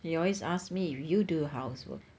he always ask me if you do housework